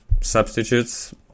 substitutes